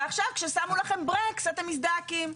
ועכשיו כששמו לכם ברקס, אתם מזדעקים.